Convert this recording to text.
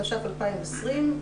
התש"ף-2020,